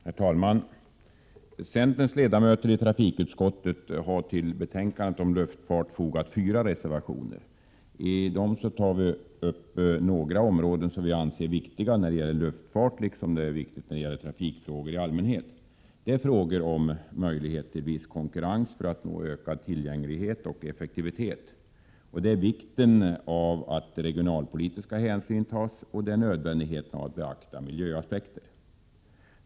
Herr talman! Centerns ledamöter i trafikutskottet har till betänkandet om luftfart fogat fyra reservationer. Vi tar i dessa upp några områden som vi anser vara viktiga när det gäller luftfart och även när det gäller trafikfrågor i allmänhet. Det är frågor om möjlighet till viss konkurrens för att nå ökad tillgänglighet och effektivitet, om vikten av att regionalpolitiska hänsyn tas och om nödvändigheten av att beakta miljöaspekter.